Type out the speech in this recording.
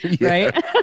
right